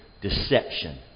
deception